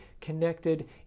connected